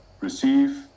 receive